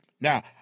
Now